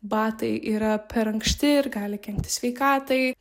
batai yra per ankšti ir gali kenkti sveikatai